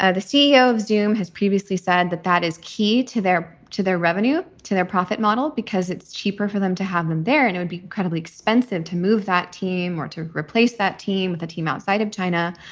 ah the ceo of zoom has previously said that that is key to their to their revenue, to their profit model, because it's cheaper for them to have them there. and it would be incredibly expensive to move that team or to replace that team with a team outside of china.